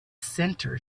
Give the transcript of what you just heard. center